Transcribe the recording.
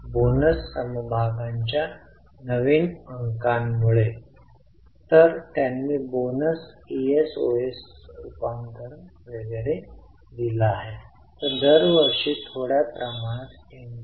म्हणून आपल्याला ऑपरेशन 34600 पासून निधी मिळतो यासाठी आपण कार्यरत भांडवलाच्या वस्तू किंवा सीए आणि सीएल आयटमसाठी समायोजन करू